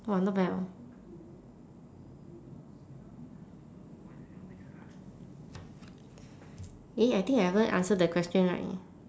!wah! not bad orh eh I think I haven't answer the question right